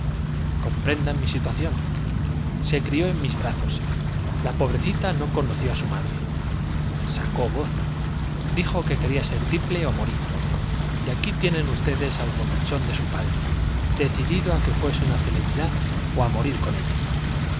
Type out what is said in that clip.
comprendan mi situación se crió en mis brazos la pobrecita no conoció á su madre sacó voz dijo que quería ser ó tienen ustedes al bonachón de su tiple morir y aquí morir padre decidido á que fuese una celebridad ó á allá va el con ella